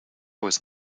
was